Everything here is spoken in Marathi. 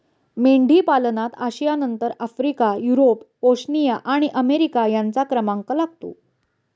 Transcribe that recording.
मेंढीपालनात आशियानंतर आफ्रिका, युरोप, ओशनिया आणि अमेरिका यांचा क्रमांक लागतो